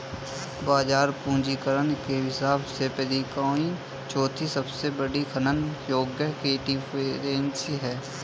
बाजार पूंजीकरण के हिसाब से पीरकॉइन चौथी सबसे बड़ी खनन योग्य क्रिप्टोकरेंसी है